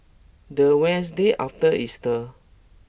the Wednesday after Easter